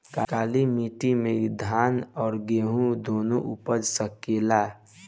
काली माटी मे धान और गेंहू दुनो उपज सकेला?